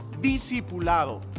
discipulado